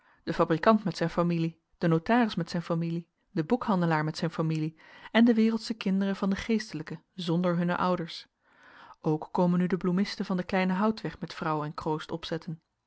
de fabrikant met zijn familie de notaris met zijn familie de boekhandelaar met zijn familie en de wereldsche kinderen van den geestelijke zonder hunne ouders ook komen nu de bloemisten van den kleinen houtweg met vrouw en kroost opzetten